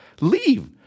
Leave